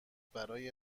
برای